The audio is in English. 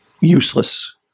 useless